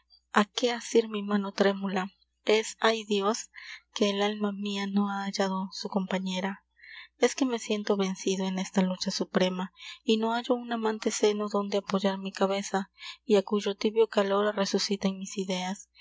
á que asir mi mano trémula es ay dios que el alma mia no ha hallado su compañera es que me siento vencido en esta lucha suprema y no hallo un amante seno donde apoyar mi cabeza y á cuyo tibio calor resuciten mis ideas